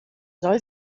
soll